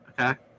okay